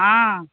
हाँ